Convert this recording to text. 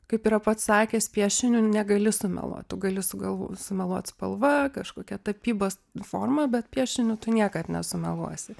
kaip yra pats sakęs piešiniu negali sumeluot tu gali sugal sumeluot spalva kažkokia tapybos forma bet piešiniu tu niekad nesumeluosi